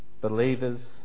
believers